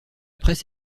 presse